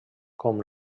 com